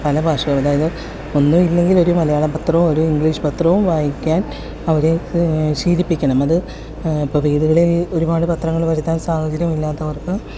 പലഭാഷ അതായത് ഒന്നും ഇല്ലെങ്കിൽ ഒരു മലയാളം പത്രവും ഒരു ഇംഗ്ലീഷ് പത്രവും വായിക്കാൻ അവരെ ശീലിപ്പിക്കണം അത് ഇപ്പം വീടുകളിൽ ഒരുപാട് പത്രങ്ങൾ വരുത്താൻ സാഹചര്യമില്ലാത്തവർക്ക്